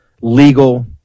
legal